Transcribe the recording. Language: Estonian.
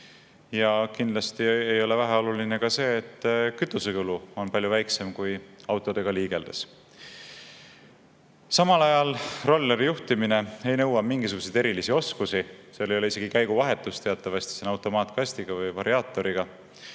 Ja kindlasti ei ole väheoluline ka see, et kütusekulu on palju väiksem, kui autoga liigeldes. Samal ajal rolleri juhtimine ei nõua mingisuguseid erilisi oskusi, seal ei ole isegi käiguvahetust teatavasti, see on automaatkastiga või variaatoriga.